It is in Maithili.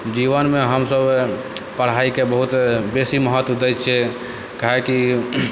जीवनमे हमसब पढ़ाइके बहुत बेसी महत्व दै छिए काहेकि